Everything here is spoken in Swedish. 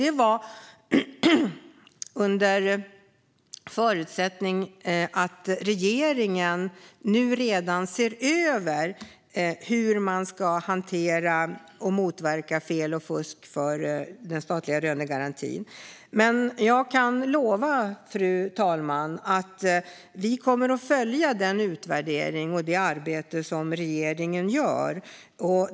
Det var under förutsättning att regeringen redan ser över hur man ska hantera och motverka fel och fusk i den statliga lönegarantin. Jag kan lova, fru talman, att vi kommer att följa den utvärdering och det arbete som regeringen gör.